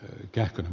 arvoisa puhemies